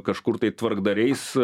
kažkur tai tvarkdariais